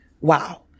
Wow